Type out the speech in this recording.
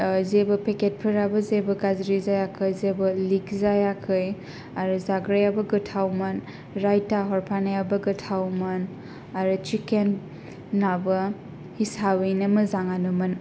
जेबो पेकेटफोराबो जेबो गाज्रि जायाखै जेबो लिग जायाखै आरो जाग्रायाबो गोथावमोन रायता हरफानायाबो गोथावमोन आरो सिक्केनाबो हिसाबैनो मोजाङानोमोन